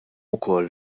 ukoll